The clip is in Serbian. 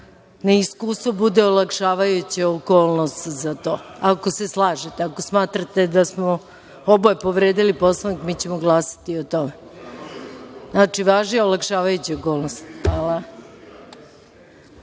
neiskustvo bude olakšavajuća okolnost za to, ako se slažete? Ako smatrate da smo oboje povredili Poslovnik, mi ćemo glasati o tome? Znači, važi olakšavajuća okolnost?